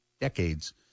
decades